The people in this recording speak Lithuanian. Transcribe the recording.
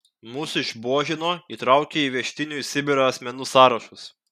mus išbuožino įtraukė į vežtinų į sibirą asmenų sąrašus